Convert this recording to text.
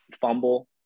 fumble